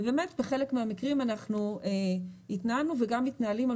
ובאמת בחלק מהמקרים אנחנו התנהלנו ומתנהלים על